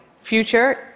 future